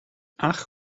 ach